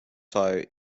tire